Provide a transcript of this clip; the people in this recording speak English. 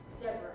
Deborah